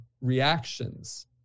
reactions